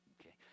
Okay